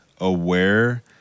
aware